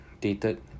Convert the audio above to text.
dated